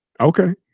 Okay